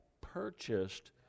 purchased